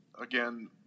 again